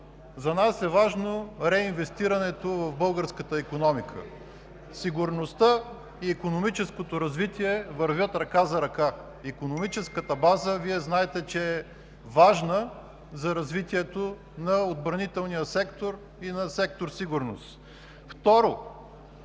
за нас е важно реинвестирането в българската икономика. Сигурността и икономическото развитие вървят ръка за ръка. Знаете, че икономическата база е важна за развитието на Отбранителния сектор и на сектор „Сигурност“.